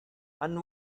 and